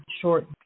short